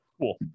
Cool